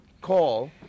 call